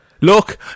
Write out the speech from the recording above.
Look